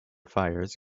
fires